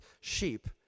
sheep